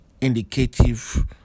indicative